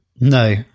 no